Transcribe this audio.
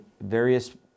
various